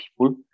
people